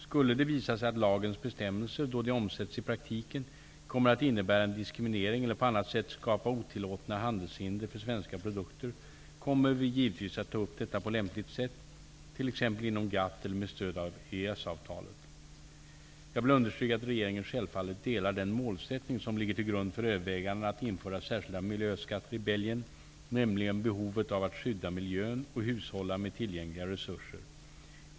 Skulle det visa sig att lagens bestämmelser, då de omsätts i praktiken, kommer att innebära en diskriminering eller på annat sätt skapa otillåtna handelshinder för svenska produkter, kommer vi givetvis att ta upp detta på lämpligt sätt, t.ex. inom GATT eller med stöd av Jag vill understryka att regeringen självfallet delar den målsättning som ligger till grund för övervägandena att införa särskilda miljöskatter i Belgien, nämligen behovet av att skydda miljön och hushålla med tillgängliga resurser.